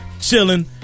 chilling